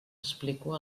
explico